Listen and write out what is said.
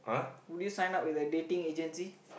would you sign up with a dating agency